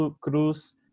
Cruz